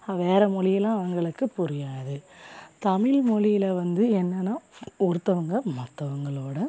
வேறு மொழியிலாம் அவங்களுக்கு புரியாது தமில்மொழியில வந்து என்னென்னா ஒருத்தவங்கள் மற்றவங்களோட